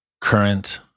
current